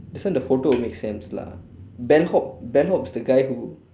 this one the photo will make sense lah bellhop bellhop is the guy who